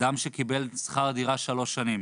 אדם שקיבל שכר דירה שלוש שנים